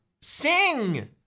Sing